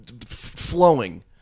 Flowing